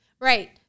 right